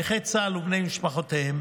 נכי צה"ל ובני משפחותיהם,